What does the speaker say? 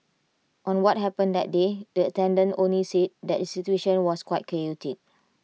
on what happened that day the attendant only said that the situation was quite chaotic